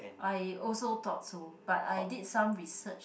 I also thought so but I did some research